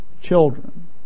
children